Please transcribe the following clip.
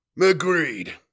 Agreed